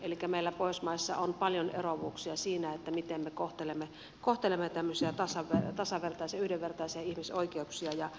elikkä meillä pohjoismaissa on paljon eroavuuksia siinä miten me kohtelemme tämmöisiä tasavertaisia yhdenvertaisia ihmisoikeuksia